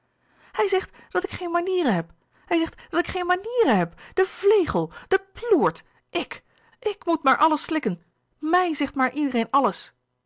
hij zegt dat ik geen manieren heb hij zegt dat ik geen manieren heb de vlegel de ploert ik ik moet maar alles slikken m i j zegt maar iedereen alles